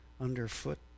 underfoot